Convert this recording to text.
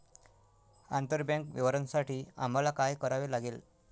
आंतरबँक व्यवहारांसाठी आम्हाला काय करावे लागेल?